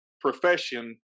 profession